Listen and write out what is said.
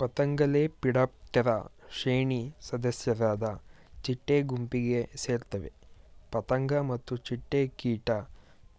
ಪತಂಗಲೆಪಿಡಾಪ್ಟೆರಾ ಶ್ರೇಣಿ ಸದಸ್ಯರಾದ ಚಿಟ್ಟೆ ಗುಂಪಿಗೆ ಸೇರ್ತವೆ ಪತಂಗ ಮತ್ತು ಚಿಟ್ಟೆ ಕೀಟ